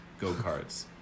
go-karts